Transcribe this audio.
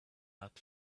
not